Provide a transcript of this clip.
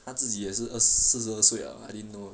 他自己也是二四十二岁 liao I didn't know